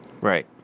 Right